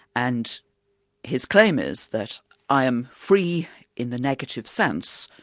and his claim is that i am free in the negative sense,